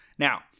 Now